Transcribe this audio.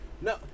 No